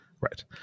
Right